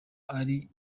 ari